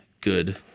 good